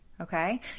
okay